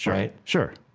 right? sure,